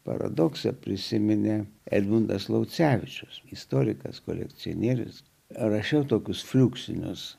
paradoksą prisiminė edmundas laucevičius istorikas kolekcionierius rašiau tokius fleksinius